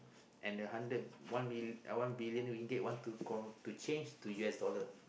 uh and then the hundred one million one billion ringgit to call to change to U_S dollar